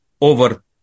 over